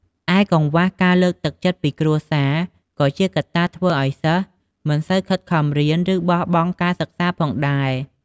ឯកង្វះការលើកទឹកចិត្តពីគ្រួសារ ក៏ជាកត្តាធ្វើឲ្យសិស្សមិនសូវខិតខំរៀន ឬបោះបង់ការសិក្សាផងដែរ។